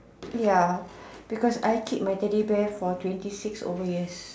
ya because I keep my Teddy bear for twenty six over years